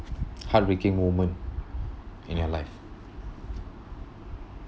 heartbreaking moment in your life